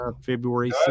February